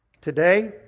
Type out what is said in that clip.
Today